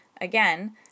again